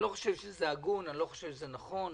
אני לא חושב שזה הגון, אני לא חושב שזה נכון.